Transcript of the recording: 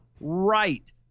right